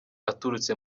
aturutse